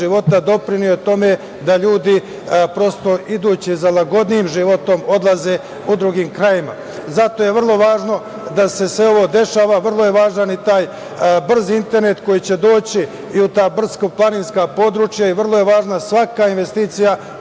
doprineo je tome da ljudi prosto idući za lagodnijim životom odlaze u druge krajeve. Zato je vrlo važno da se sve ovo dešava, vrlo je važan i taj brzi internet koji će doći i u ta brdsko-planinska područja i vrlo je važna svaka investicija